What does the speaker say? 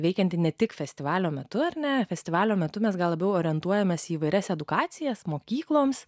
veikianti ne tik festivalio metu ar ne festivalio metu mes gal labiau orientuojamės į įvairias edukacijas mokykloms